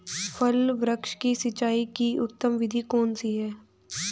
फल वृक्ष की सिंचाई की उत्तम विधि कौन सी है?